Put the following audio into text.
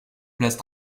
place